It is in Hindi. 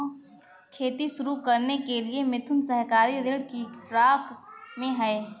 खेती शुरू करने के लिए मिथुन सहकारी ऋण की फिराक में है